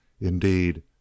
Indeed